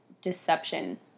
deception